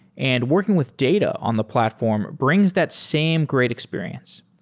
and working with data on the platform brings that same great experience.